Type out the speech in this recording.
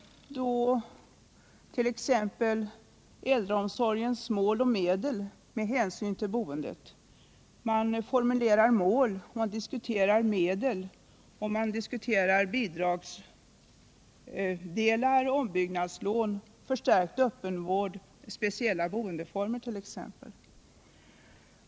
Den gäller t.ex. äldreomsorgens mål och medel med hänsyn till boendet. Man formulerar mål, man diskuterar medel och man diskuterar. Om åtgärder bidragsdelar, ombyggnadslån, förstärkt öppenvård och speciella boende = rörande de äldres former.